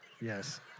Yes